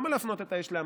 למה להפנות את האש להמן?